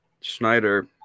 Schneider